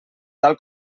tal